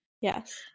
yes